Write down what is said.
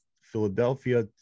Philadelphia